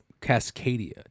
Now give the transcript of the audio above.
Cascadia